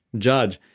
judge.